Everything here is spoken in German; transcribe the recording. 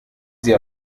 sie